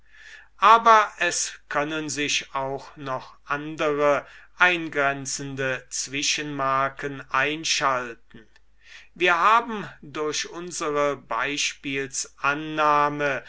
aber es können sich auch noch andere eingrenzende zwischenmarken einschalten wir haben durch unsere